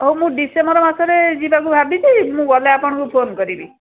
ହଉ ମୁଁ ଡିସେମ୍ବର ମାସରେ ଯିବାକୁ ଭାବିଛି ମୁଁ ଗଲେ ଆପଣଙ୍କୁ ଫୋନ୍ କରିବି